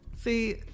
See